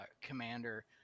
commander